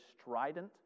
strident